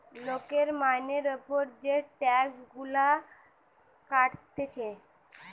লোকের মাইনের উপর যে টাক্স গুলা কাটতিছে